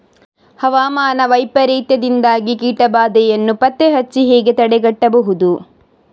ಹವಾಮಾನ ವೈಪರೀತ್ಯದಿಂದಾಗಿ ಕೀಟ ಬಾಧೆಯನ್ನು ಪತ್ತೆ ಹಚ್ಚಿ ಹೇಗೆ ತಡೆಗಟ್ಟಬಹುದು?